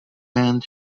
band